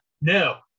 No